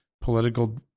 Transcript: political